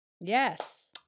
Yes